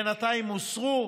שאני חושב שבינתיים הוסרו,